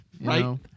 Right